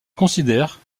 considère